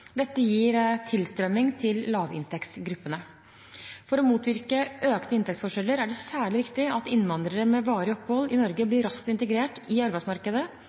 Dette gir tilstrømming til lavinntektsgruppene. For å motvirke økte inntektsforskjeller er det særlig viktig at innvandrere med varig opphold i Norge blir raskt integrert i arbeidsmarkedet.